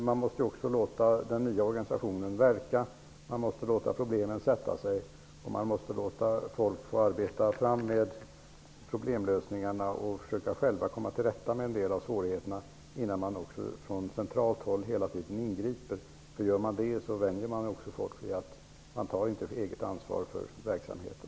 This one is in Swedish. Man måste också låta den nya organisationen verka. Man måste låta problemen sätta sig, och man måste låta folk få arbeta med problemlösningarna och själva komma till rätta med en del av svårigheterna innan man ingriper från centralt håll. Om man gör det vänjer man folk vid att inte ta eget ansvar för verksamheten.